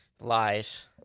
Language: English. Lies